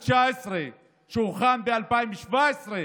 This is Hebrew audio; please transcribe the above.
2019-2018, שהוכן ב-2017,